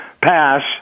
pass